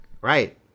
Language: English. Right